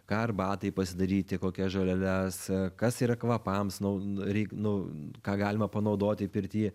ką arbatai pasidaryti kokias žoleles kas yra kvapams nu reik nu ką galima panaudoti pirty